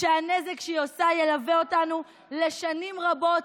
שהנזק שהיא עושה ילווה אותנו לשנים רבות,